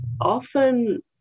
Often